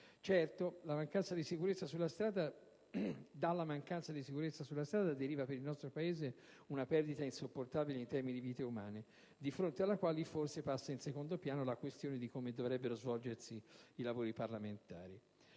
Certo, dalla mancanza di sicurezza sulla strada deriva per il nostro Paese una perdita insopportabile in termini di vite umane, di fronte alle quali forse passa in secondo piano la questione di come dovrebbero svolgersi i lavori parlamentari.